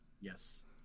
Yes